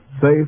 safe